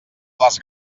les